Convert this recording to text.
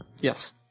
Yes